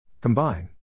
Combine